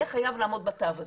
יהיה חייב לעמוד בתו הזה.